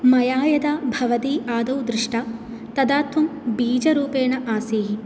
मया यदा भवती आदौ दृष्टा तदा त्वं बीजरूपेण आसीः